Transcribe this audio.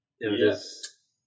Yes